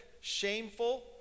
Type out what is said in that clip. shameful